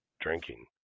drinking